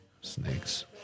Snakes